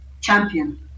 Champion